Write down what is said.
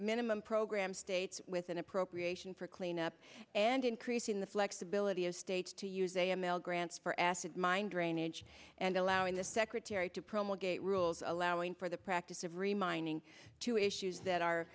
minimum program states with an appropriation for cleanup and increasing the flexibility of states to use a m l grants for acid mine drainage and allowing the secretary to promulgate rules allowing for the practice of reminding two issues that are